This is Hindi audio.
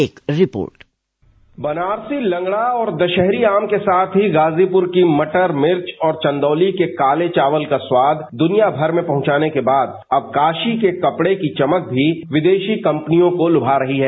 एक रिपोर्ट बनारसी लंगड़ा और दशहरी आम के साथ ही गाजीपुर की मटर मिर्च और चंदौली के काले चावल का स्वाद दुनियाभर में पहुंचाने के बाद अब काशी के कपड़े की चमक भी विदेशी कंपनियों को लुभा रही है